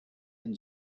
and